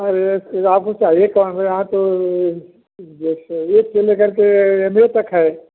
अरे फिर आपको चाहिए कौन सी यहाँ तो जैसे एक से लेकर के एम ए तक है